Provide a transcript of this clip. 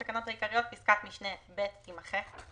לתקנות העיקריות, פסקת משנה (ב) תימחק.